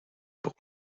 pour